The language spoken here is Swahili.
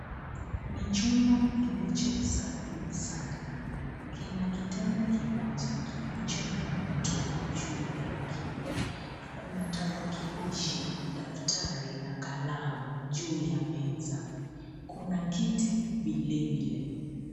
Ni chumba kilicho safi sana. Kina kitanda kimoja kilicho na mto juu yake. Kuna tarakilishi, daftari na kalamu juu ya meza. kuna kiti vile vile.